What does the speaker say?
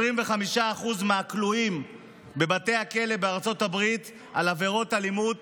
25% מהכלואים בבתי הכלא בארצות הברית על עבירות אלימות